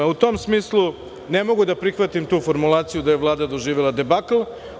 U tom smislu, ne mogu da prihvatim tu formulaciju da je Vlada doživela debakl.